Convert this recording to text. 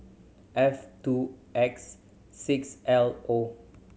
F two X six L O